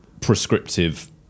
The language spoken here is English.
prescriptive